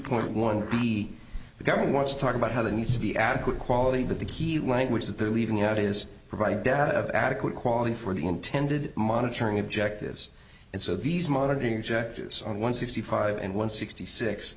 point one b the government wants to talk about how the needs to be adequate quality but the key language that they are leaving out is provided death of adequate quality for the intended monitoring objectives and so these monitor gestures on one sixty five and one sixty six